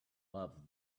love